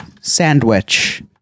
sandwich